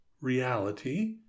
reality